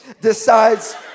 decides